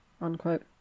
unquote